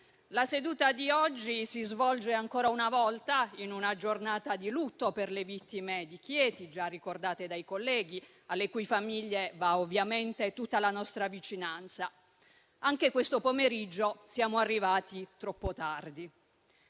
La seduta di oggi si svolge, ancora una volta, in una giornata di lutto per le vittime di Chieti, già ricordate dai colleghi e alle cui famiglie va ovviamente tutta la nostra vicinanza. Anche questo pomeriggio siamo arrivati troppo tardi.